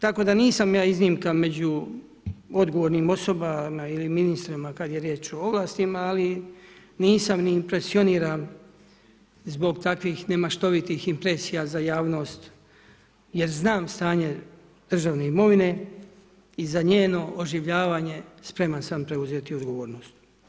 Tako da nisam ja iznimka među odgovornim osobama ili ministrima kad je riječ o ovlastima, ali nisam ni impresioniran zbog takvih nemaštovitih impresija za javnost jer znam stanje državne imovine i za njeno oživljavanje spreman sam preuzeti odgovornost.